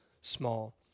small